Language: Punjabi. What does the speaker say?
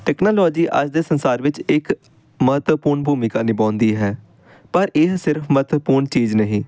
ਟੈਕਨਾਲੋਜੀ ਅੱਜ ਦੇ ਸੰਸਾਰ ਵਿੱਚ ਇੱਕ ਮਹੱਤਵਪੂਰਨ ਭੂਮਿਕਾ ਨਿਭਾਉਂਦੀ ਹੈ ਪਰ ਇਹ ਸਿਰਫ ਮਹੱਤਵਪੂਰਨ ਚੀਜ਼ ਨਹੀਂ